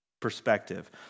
perspective